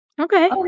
Okay